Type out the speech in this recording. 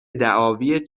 دعاوی